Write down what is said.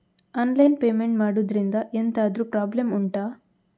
online payment ಮಾಡುದ್ರಿಂದ ಎಂತಾದ್ರೂ problem ಉಂಟಾ